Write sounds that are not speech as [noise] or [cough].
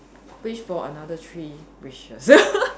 wish for another three wishes [laughs]